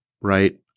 right